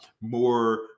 more